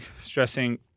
stressing